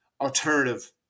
alternative